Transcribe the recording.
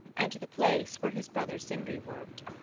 and to the place where his brother sindri worked.